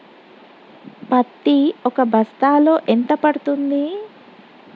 పత్తి ఒక బస్తాలో ఎంత పడ్తుంది?